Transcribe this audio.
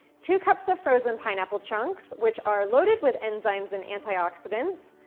two cups of frozen pineapple chunks which are loaded with enzymes and antioxidants,